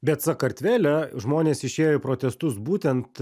bet sakartvele žmonės išėjo į protestus būtent